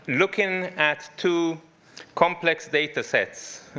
looking at two complex datasets.